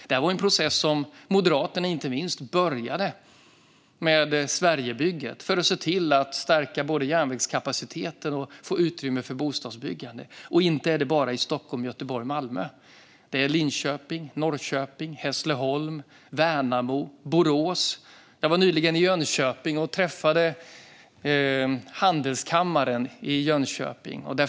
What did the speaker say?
Det här var en process som bland annat Moderaterna påbörjade med Sverigebygget både för att stärka järnvägskapaciteten och för att få utrymme för bostadsbyggande. Och inte är det bara Stockholm, Göteborg och Malmö. Det är Linköping, Norrköping, Hässleholm, Värnamo, Borås. Jag var nyligen i Jönköping och träffade handelskammaren där.